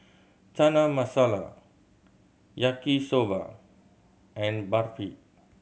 Chana Masala Yaki Soba and Barfi